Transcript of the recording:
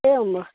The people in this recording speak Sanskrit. एवं वा